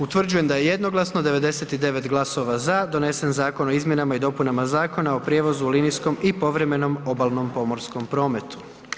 Utvrđujem da je jednoglasno 99 glasova za donesen Zakona o izmjenama i dopunama Zakona o prijevozu u linijskom i povremenom obalnom pomorskom prometu.